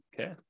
Okay